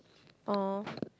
oh